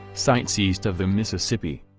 sites east of the mississippi.